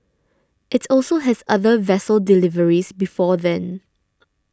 it also has other vessel deliveries before then